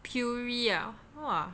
puree ah !wah!